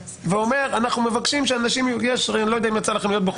לא יודע אם יצא לכם להיות בחופות של דתיים.